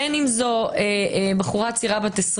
בין אם זו בחורה בת 20